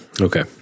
Okay